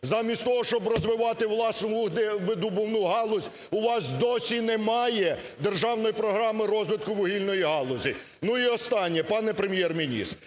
Замість того, щоб розвивати власну видобувну галузь, у вас досі немає державної програми розвитку вугільної галузі. Ну і останнє. Пане Прем'єр-міністр,